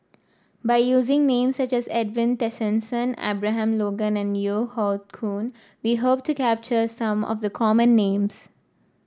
by using names such as Edwin Tessensohn Abraham Logan and Yeo Hoe Koon we hope to capture some of the common names